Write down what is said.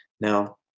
Now